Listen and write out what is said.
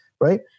right